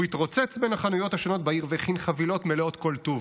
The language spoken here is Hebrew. הוא התרוצץ בין החנויות השונות בעיר והכין חבילות מלאות כל טוב.